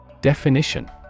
Definition